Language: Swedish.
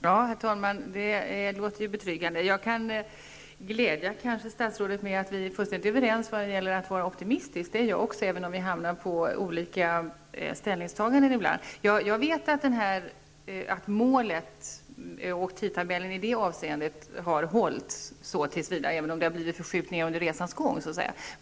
Herr talman! Det låter betryggande. Jag kan kanske glädja statsrådet med att säga att vi är fullständigt överens om att det gäller att vara optimistisk -- det är jag också, även om vi båda ibland hamnar på olika ståndpunkter. Jag vet att målet och tidtabellen i det avseendet har hållits tills vidare, även om det har blivit förskjutningar under resans gång.